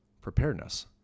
preparedness